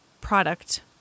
product